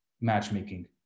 matchmaking